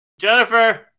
Jennifer